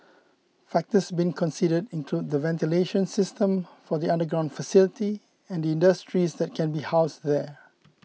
factors being considered include the ventilation system for the underground facility and industries that can be housed there